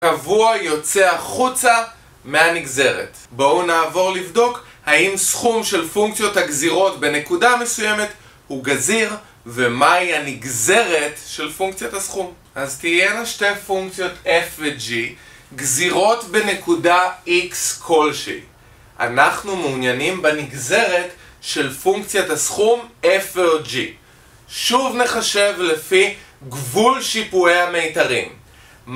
קבוע יוצא החוצה מהנגזרת. בואו נעבור לבדוק האם סכום של פונקציות הגזירות בנקודה מסוימת הוא גזיר, ומהי הנגזרת של פונקציית הסכום. אז תהיינו שתי פונקציות f ו g גזירות בנקודה x כלשהי. אנחנו מעוניינים בנגזרת של פונקציית הסכום f ועוד g. שוב נחשב לפי גבול שיפועי המיתרים.